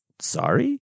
Sorry